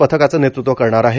पथकाचं नेतृत्व करणार आहे